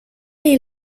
est